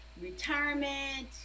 retirement